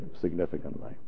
significantly